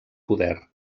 poder